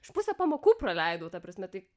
aš pusę pamokų praleidau ta prasme tai